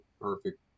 Perfect